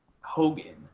Hogan